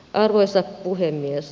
arvoisa puhemies